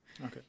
Okay